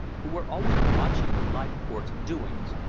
who were always watching leithcourt's doings,